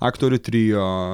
aktorių trio